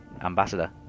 ambassador